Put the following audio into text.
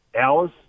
hours